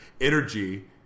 energy